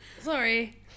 Sorry